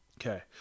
Okay